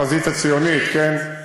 את בחזית הציונית, כן, שייכת, כן.